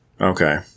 Okay